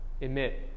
emit